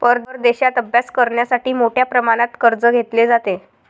परदेशात अभ्यास करण्यासाठी मोठ्या प्रमाणात कर्ज घेतले जाते